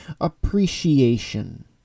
appreciation